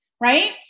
right